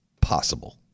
Possible